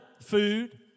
food